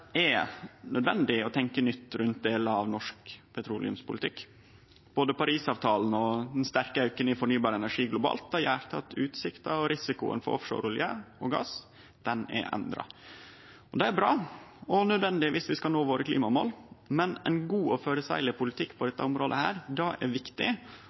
er nødvendig å tenkje nytt rundt delar av norsk petroleumspolitikk. Både Parisavtalen og den sterke auken i fornybar energi globalt har gjort at utsikta og risikoen for offshoreolje og -gass er endra. Det er bra og nødvendig dersom vi skal nå klimamåla våre, men ein god og føreseieleg politikk på dette området er viktig.